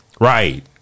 Right